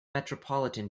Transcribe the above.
metropolitan